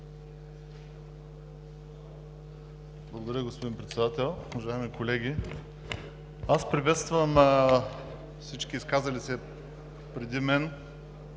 Благодаря, господин Председател. Уважаеми колеги, аз приветствам всички изказали се преди мен